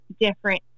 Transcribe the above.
different